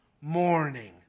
morning